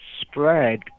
spread